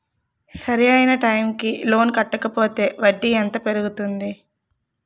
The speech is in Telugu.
సరి అయినా టైం కి లోన్ కట్టకపోతే వడ్డీ ఎంత పెరుగుతుంది?